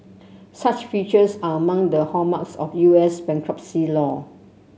such features are among the hallmarks of U S bankruptcy law